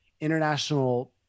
international